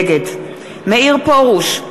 נגד מאיר פרוש,